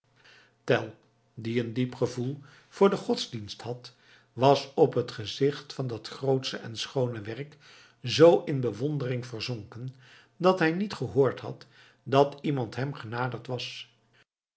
tell die een diep gevoel voor den godsdienst had was op het gezicht van dat grootsche en schoone werk zoo in bewondering verzonken dat hij niet gehoord had dat iemand hem genaderd was